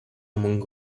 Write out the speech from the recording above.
among